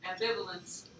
Ambivalence